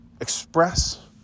express